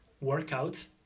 workout